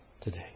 today